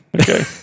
okay